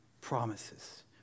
promises